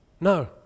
No